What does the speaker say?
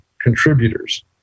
contributors